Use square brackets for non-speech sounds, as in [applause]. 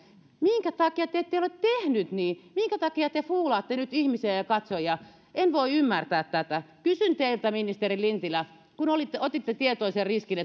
minkä takia te te ette ole tehnyt niin minkä takia te fuulaatte nyt ihmisiä ja katsojia en voi ymmärtää tätä kysyn teiltä ministeri lintilä kun otitte tietoisen riskin [unintelligible]